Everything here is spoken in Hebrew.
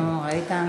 נו, ראית?